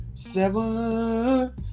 Seven